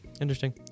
Interesting